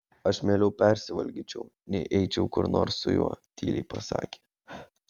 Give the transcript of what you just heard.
aš mieliau persivalgyčiau nei eičiau kur nors su juo tyliai pasakė